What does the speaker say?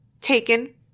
taken